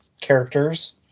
characters